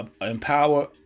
empower